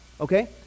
Okay